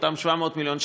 אותם 700 מיליון שקל,